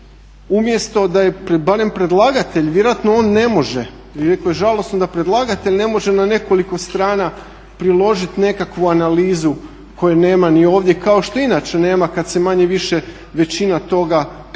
umjesto da je barem predlagatelj vjerojatno on ne može, iako je žalosno da predlagatelj ne može na nekoliko strana priložiti nekakvu analizu koje nema ni ovdje, kao što i inače nema kad se manje-više većina toga s područja